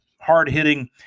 hard-hitting